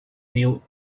new